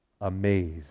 amazed